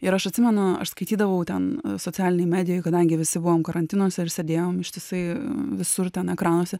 ir aš atsimenu aš skaitydavau ten socialinėj medijoj kadangi visi buvome karantinuose ir sėdėjom ištisai visur ten ekranuose